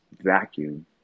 vacuum